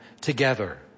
together